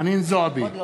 חנין זועבי,